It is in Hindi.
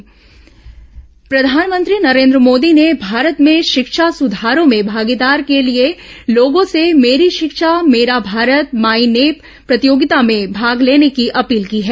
केन्द्र समाचार प्रधानमंत्री नरेन्द्र मोदी ने भारत में शिक्षा सुधारों में भागीदारी के लिए लोगों से भेरी शिक्षा मेरा भारत माईनेप प्रतियोगिता में भाग लेने की अपील की है